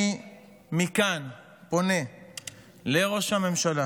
אני פונה מכאן לראש הממשלה